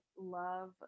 love